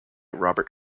robert